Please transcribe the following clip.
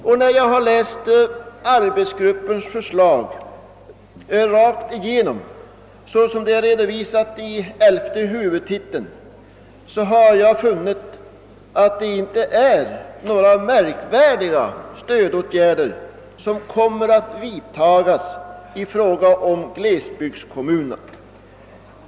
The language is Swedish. Efter att ha läst arbetsgruppens förslag rakt igenom såsom det är redovisat i elfte huvudtiteln, har jag funnit att det inte är några märkvärdiga stödåtgärder som kommer att vidtagas i fråga om glesbygdskommunerna.